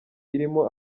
irimo